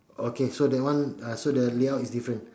okay so that one uh so that layout is different